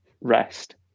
rest